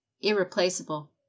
Irreplaceable